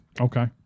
Okay